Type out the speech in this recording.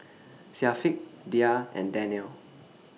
Syafiq Dhia and Daniel